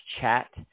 chat